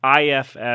IFS